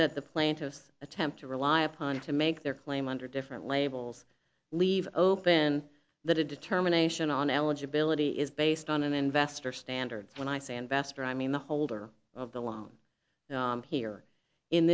that the plaintiff's attempt to rely upon to make their claim under different labels leave open the determination on eligibility is based on an investor standards when i say investor i mean the holder of the loan here in